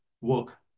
work